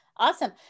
Awesome